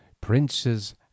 princes